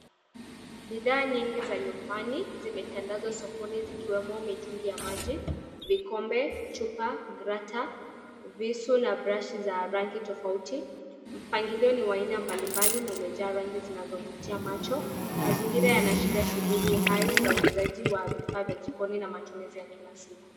Bidhaa nyingi za nyumbani zimetandazwa sokoni ikiwa na mitungi ya maji vikombe, chupa, krata, visu na brashi vya rangi tofauti tofauti na mpangilio ni wa aina mbalimbali na umejaa rangi unaofutia macho. Mazingira yanaashiria shughuli hai za uuzaji wa vifaa vya Jikoni na matumizi ya kila siku.